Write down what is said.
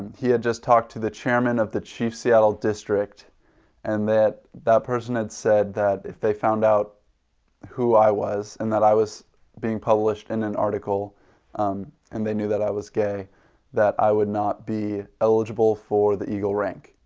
he had just talked to the chairman of the chief seattle district and that that person had said that if they found out who i was and that i was being published in and an article um and they knew that i was gay that i would not be eligible for the eagle rank.